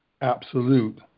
absolute